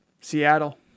Seattle